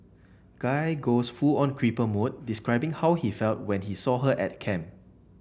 guy goes full on creeper mode describing how he felt when he saw her at camp